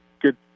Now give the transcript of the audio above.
good